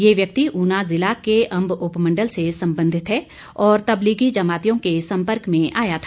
ये व्यक्ति ऊना ज़िला के अंब उपमंडल से संबंधित है और तबलीगी जमातियों के सम्पर्क में आया था